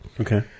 Okay